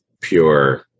pure